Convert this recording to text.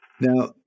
Now